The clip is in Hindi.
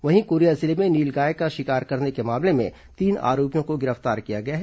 वहीं कोरिया जिले में नीलगाय का शिकार करने के मामले में तीन आरोपियों को गिरफ्तार किया गया है